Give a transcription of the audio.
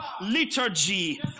liturgy